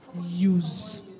use